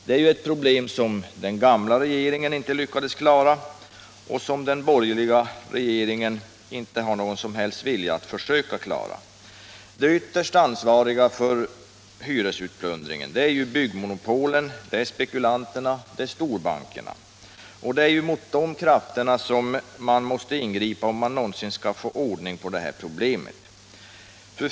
Det är ett problem som den gamla regeringen inte lyckades klara, och som den borgerliga regeringen inte har någon som helst vilja att försöka klara. De ytterst ansvariga för hyresutplundringen är byggmonopolen, spekulanterna och storbankerna. Det är mot dessa krafter man måste ingripa, om man någonsin skall få problemet löst.